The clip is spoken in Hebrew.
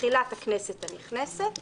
ובתחילת הכנסת הנכנסת